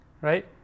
Right